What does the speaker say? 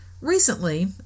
Recently